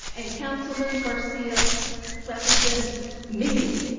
and councilman garcia represents me.